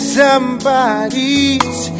somebody's